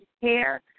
care